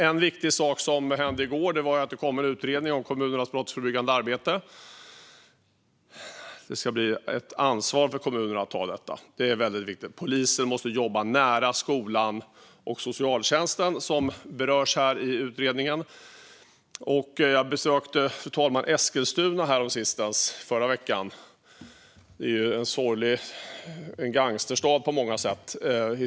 En viktig sak som hände i går var att det kom en utredning om kommunernas brottsförebyggande arbete. Detta ska bli ett ansvar för kommunerna, och det är väldigt viktigt. Polisen måste jobba nära skolan och socialtjänsten, som berörs i utredningen. Fru talman! Jag besökte Eskilstuna häromsistens, förra veckan, en historiskt sorglig gangsterstad på många sätt.